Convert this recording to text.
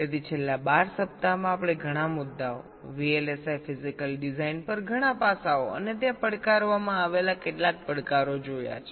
તેથી છેલ્લા 12 સપ્તાહમાં આપણે ઘણાં મુદ્દાઓ VLSI ફિઝિકલ ડિઝાઇન પર ઘણાં પાસાઓ અને ત્યાં પડકારવામાં આવેલા કેટલાક પડકારો જોયા છે